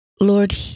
Lord